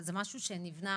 זה משהו שנבנה?